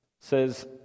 says